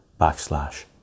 backslash